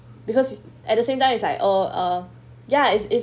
because at the same time is like oh uh ya is is